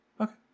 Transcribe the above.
Okay